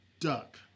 duck